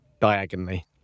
diagonally